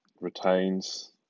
retains